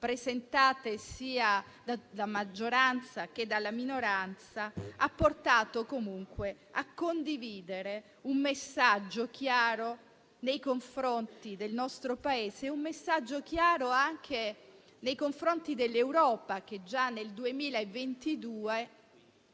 presentate sia dalla maggioranza sia dalla minoranza, ha portato comunque a condividere un messaggio chiaro nei confronti del nostro Paese e anche dell'Europa, che già nel 2022